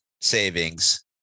savings